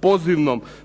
pozivnom postupku